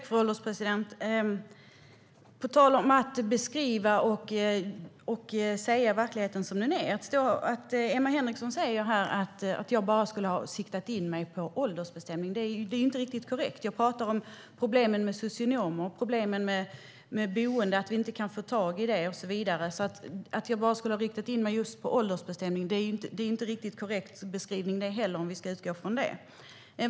Fru ålderspresident! På tal om att beskriva verkligheten som den är: Emma Henriksson säger att jag skulle ha siktat in mig enbart på åldersbestämning, och det är ju inte riktigt korrekt. Jag talade om problemen med socionomer, problemen med att vi inte kan få tag i boenden och så vidare. Att jag bara skulle ha riktat in mig på just åldersbestämning är alltså inte en riktigt korrekt beskrivning det heller, om vi ska utgå från sådana.